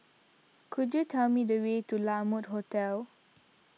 could you tell me the way to La Mode Hotel